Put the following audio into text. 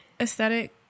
aesthetic